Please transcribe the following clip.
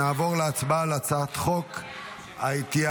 נעבור להצבעה על הצעת חוק ההתייעלות